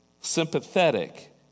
sympathetic